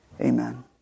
Amen